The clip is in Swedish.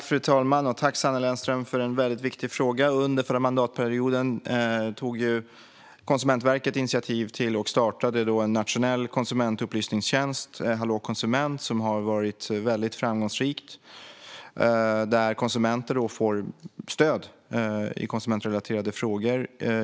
Fru talman! Tack, Sanne Lennström, för en viktig fråga! Under förra mandatperioden tog Konsumentverket initiativ till och startade en nationell konsumentupplysningstjänst, Hallå konsument, som har varit väldigt framgångsrik. Där får konsumenter stöd i konsumentrelaterade frågor.